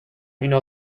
اینو